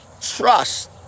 trust